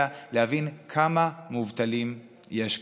של הממשלה כדי להבין כמה מובטלים יש כאן.